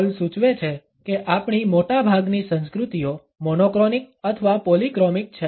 hall સૂચવે છે કે આપણી મોટાભાગની સંસ્કૃતિઓ મોનોક્રોનિક અથવા પોલીક્રોમિક છે